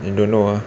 you don't know ah